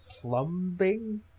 plumbing